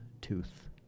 tooth